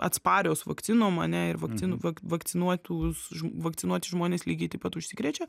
atsparios vakcinom ar ne ir vakcinų vakcinuotus vakcinuoti žmonės lygiai taip pat užsikrečia